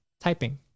typing